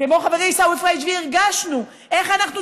כמו חברי עיסאווי פריג' והרגשנו איך אנחנו